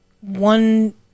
one